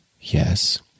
Yes